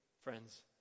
friends